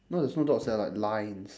no there's no dots there are like lines